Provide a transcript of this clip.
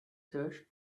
search